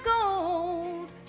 gold